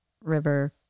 river